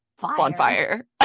bonfire